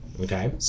Okay